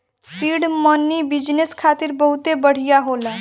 seed money business खातिर बहुते बढ़िया होला